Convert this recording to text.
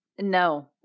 No